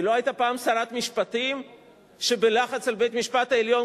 היא לא היתה פעם שרת משפטים שבלחץ על בית-המשפט העליון,